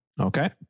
Okay